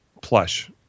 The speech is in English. plush